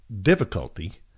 difficulty